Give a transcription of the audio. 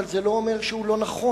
אבל זה לא אומר שהוא לא נכון.